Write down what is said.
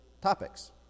topics